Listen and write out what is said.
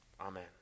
Amen